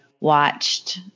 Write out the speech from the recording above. watched